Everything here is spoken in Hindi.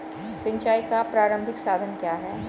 सिंचाई का प्रारंभिक साधन क्या है?